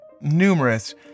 numerous